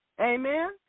Amen